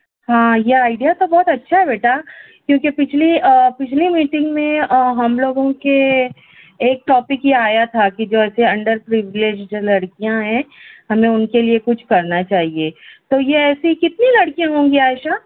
ہاں یہ آئڈیا تو بہت اچھا ہے بیٹا کیونکہ پچھلی پچھلی میٹنگ میں ہم لوگوں کے ایک ٹاپک یہ آیا تھا کہ جیسے انڈر پری ولیجڈ جو لڑکیاں ہیں ہمیں اُن کے لیے کچھ کرنا چاہیے تو یہ ایسی کتنی لڑکیاں ہوں گی عائشہ